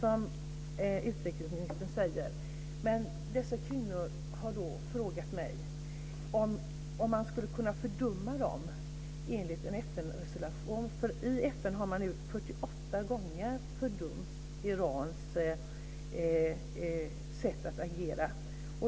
Dessa kvinnor har frågat mig om vi skulle kunna ansluta oss till fördömandet i en FN-resolution. FN har 48 gånger fördömt Irans sätt att agera.